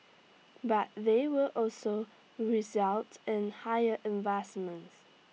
but they will also result in higher investments